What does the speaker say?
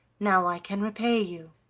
now i can repay you.